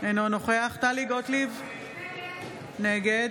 אינו נוכח טלי גוטליב, נגד